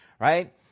right